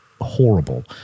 horrible